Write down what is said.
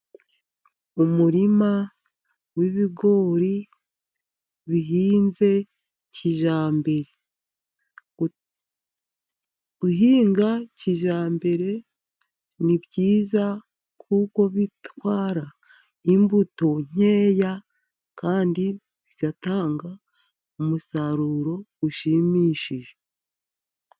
Umurima w'ibigori bihinze kijyambere. guhinga kijyambere ni byiza, kuko bitwara imbuto nkeya, kandi bigatanga umusaruro ushimishije.